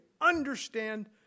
understand